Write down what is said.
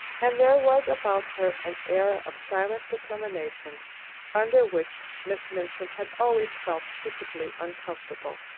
and there was about her an air of silent determination under which miss minchin had always felt secretly uncomfortable.